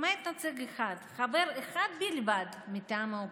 למעט נציג אחד, חבר אחד בלבד מטעם האופוזיציה.